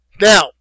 Now